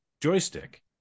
joystick